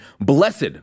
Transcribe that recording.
Blessed